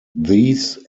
these